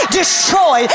destroy